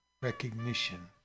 recognition